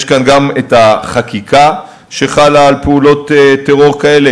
יש כאן גם את החקיקה שחלה על פעולות טרור כאלה,